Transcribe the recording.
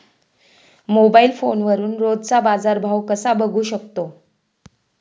Mobile फोनवरून रोजचा बाजारभाव कसा बघू शकतो?